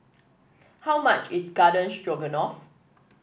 how much is Garden Stroganoff